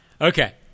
okay